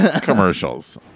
commercials